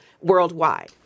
worldwide